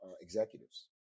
executives